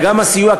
אלא גם הסיוע,